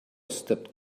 stepped